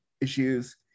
issues